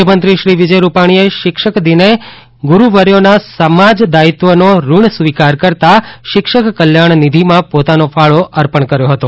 મુખ્યમંત્રી શ્રી વિજય રૂપાણીએ શિક્ષક દિને ગુરૂવર્યોના સમાજદાયિત્વનો ઋણસ્વીકાર કરતાં શિક્ષક કલ્યાણ નિધિમાં પોતાનો ફાળો અર્પણ કર્યો હતો